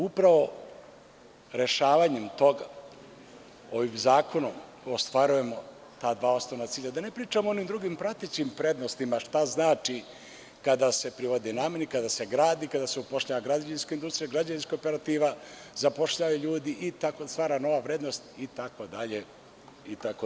Upravo rešavanjem toga ovim zakonom ostvarujemo ta dva osnovna cilja, da ne pričamo o onim drugim pratećim prednostima šta znači kada se privodi nameni, kada se gradi, kada se upošljava građevinska industrija, građevinska operativa, zapošljavaju ljudi i tako stvara nova vrednost itd.